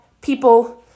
people